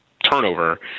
turnover